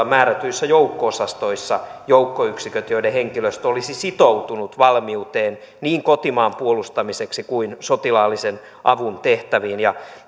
määrätyissä joukko osastoissa joukkoyksiköt joiden henkilöstö olisi sitoutunut valmiuteen niin kotimaan puolustamiseksi kuin sotilaallisen avun tehtäviin ja